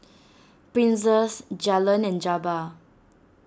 Princess Jalen and Jabbar